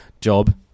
job